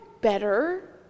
better